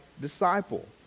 disciple